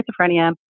schizophrenia